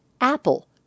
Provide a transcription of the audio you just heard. Apple